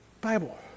Bible